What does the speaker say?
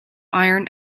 iron